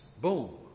Boom